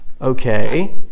okay